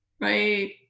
right